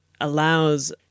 allows